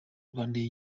rwandair